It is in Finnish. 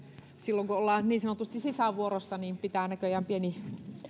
silloin kun ollaan niin sanotusti sisävuorossa näissä siirtymissä pitää näköjään pieni